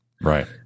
Right